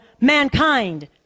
mankind